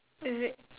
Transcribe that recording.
is it